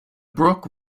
brook